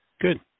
good